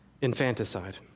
infanticide